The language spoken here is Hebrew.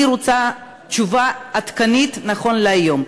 אני רוצה תשובה עדכנית נכון להיום.